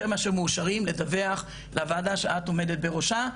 מאשר מאושרים לדווח לוועדה שאת עומדת בראשה,